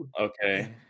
okay